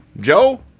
Joe